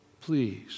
please